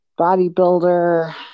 bodybuilder